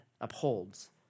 upholds